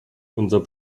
unser